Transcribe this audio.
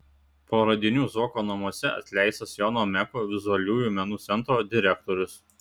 po radinių zuoko namuose atleistas jono meko vizualiųjų menų centro direktorius